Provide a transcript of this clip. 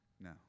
No